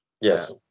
yes